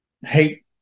hate